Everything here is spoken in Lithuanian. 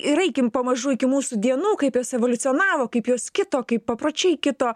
ir eikim pamažu iki mūsų dienų kaip jos evoliucionavo kaip jos kaip papročiai kito